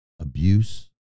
abuse